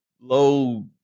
low